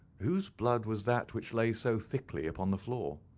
whose blood was that which lay so thickly upon the floor?